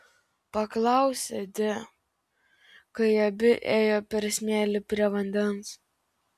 paklausė di kai abi ėjo per smėlį prie vandens